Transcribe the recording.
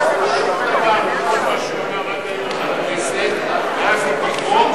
אמר עד היום לכנסת מאז היבחרו,